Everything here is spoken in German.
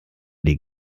die